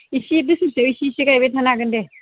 एसे बोसोरसेआव एसे एसे गायबाय थानो हागोन दे